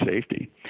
safety